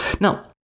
Now